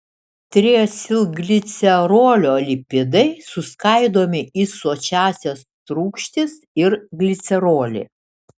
triacilglicerolio lipidai suskaidomi į sočiąsias rūgštis ir glicerolį